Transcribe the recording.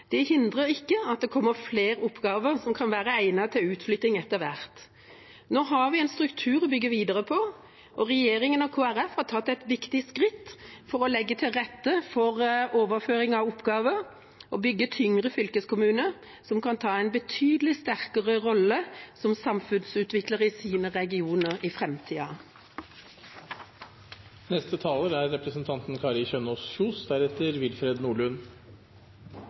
ikke hindrer at det etter hvert kommer flere oppgaver som kan være egnet til utflytting. Nå har vi en struktur å bygge videre på, og regjeringa og Kristelig Folkeparti har tatt et viktig skritt for å legge til rette for overføring av oppgaver og bygge tyngre fylkeskommuner som kan ta en betydelig sterkere rolle som samfunnsutvikler i sine regioner i framtiden. Aller først vil jeg kommentere at opposisjonen, og da særlig SV, er